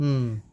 mm